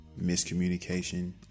miscommunication